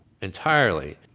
entirely